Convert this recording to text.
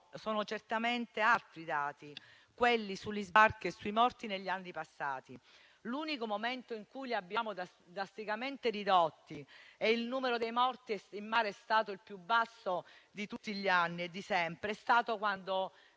sono certamente altri dati, quelli sugli sbarchi e sui morti negli anni passati. L'unico momento in cui li abbiamo drasticamente ridotti e il numero dei morti in mare è stato il più basso di tutti gli anni e di sempre è stato quando